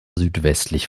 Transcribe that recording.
südwestlich